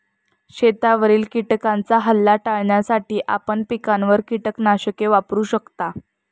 शेतावरील किटकांचा हल्ला टाळण्यासाठी आपण पिकांवर कीटकनाशके वापरू शकता